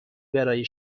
برای